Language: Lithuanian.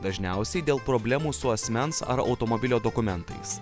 dažniausiai dėl problemų su asmens ar automobilio dokumentais